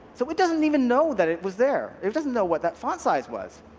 so it doesn't even know that it was there. it doesn't know what that font size was.